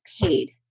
paid